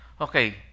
Okay